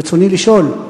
רצוני לשאול: